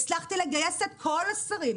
הצלחתי לגייס את כל השרים,